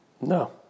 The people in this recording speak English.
No